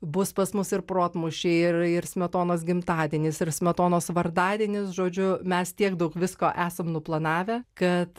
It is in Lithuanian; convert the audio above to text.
bus pas mus ir protmūšiai ir ir smetonos gimtadienis ir smetonos vardadienis žodžiu mes tiek daug visko esam nuplanavę kad